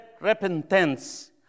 repentance